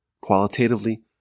qualitatively